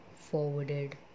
forwarded